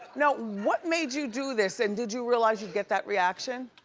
now, what made you do this and did you realize you'd get that reaction?